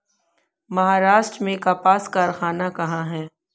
महाराष्ट्र में कपास कारख़ाना कहाँ है?